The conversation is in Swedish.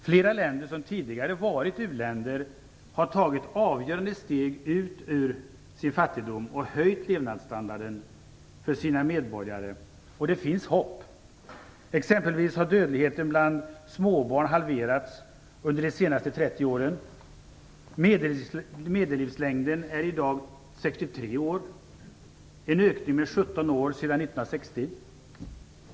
Flera länder, som tidigare varit u-länder, har tagit avgörande steg ut ur sin fattigdom och höjt levnadsstandarden för sina medborgare. Det finns hopp. Exempelvis har dödligheten bland småbarn halverats under de senaste 30 åren. Medellivslängden är i dag 63 år, en ökning med 17 år sedan 1960.